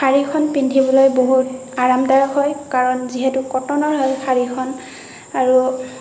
শাড়ীখন পিন্ধিবলৈ বহুত আৰামদায়ক হয় কাৰণ যিহেতু কটনৰ হয় শাড়ীখন আৰু